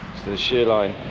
the the sheerline